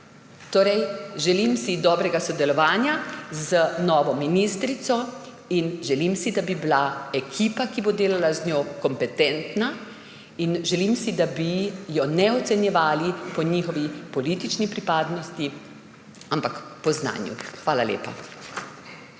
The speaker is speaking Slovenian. Torej, želim si dobrega sodelovanja z novo ministrico in želim si, da bi bila ekipa, ki bo delala z njo, kompetentna, in želim si, da bi je ne ocenjevali po njihovi politični pripadnosti, ampak po znanju. Hvala lepa.